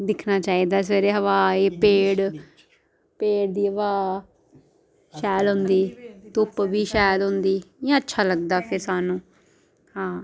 दिक्खना चाहिदा सवेरे हवा ऐ पेड़ पेड़ दी हवा शैल होंदी धुप्प बी शैल होंदी इ'यां अच्छा लगदा फेर सानू हां